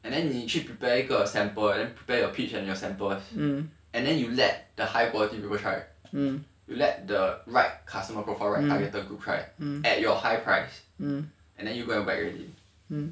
and then 你去 prepare 一个 sample and then prepare your pitch and your samples and then you let the high quality people try you let the right customer profile right targeted group try at your high price um and then you got your back already